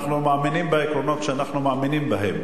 אנחנו מאמינים בעקרונות שאנחנו מאמינים בהם.